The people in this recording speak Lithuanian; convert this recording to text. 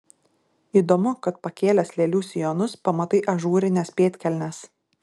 įdomu kad pakėlęs lėlių sijonus pamatai ažūrines pėdkelnes